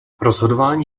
rozhodování